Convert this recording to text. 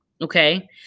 Okay